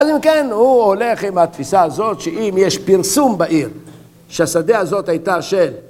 אז אם כן, הוא הולך עם התפיסה הזאת שאם יש פרסום בעיר שהשדה הזאת הייתה של